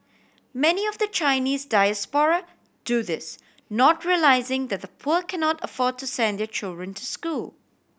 many of the Chinese diaspora do this not realising that the poor cannot afford to send their children to school